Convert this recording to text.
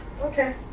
Okay